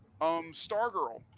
Stargirl